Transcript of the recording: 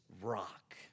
rock